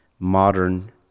modern